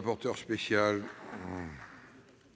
parole